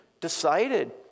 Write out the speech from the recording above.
Decided